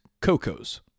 Cocos